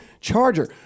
charger